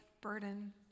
burden